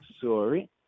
Sorry